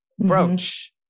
brooch